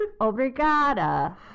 obrigada